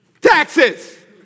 Taxes